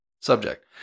subject